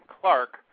Clark